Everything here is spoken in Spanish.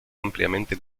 ampliamente